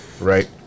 right